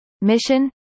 Mission